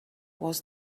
was